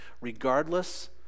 Regardless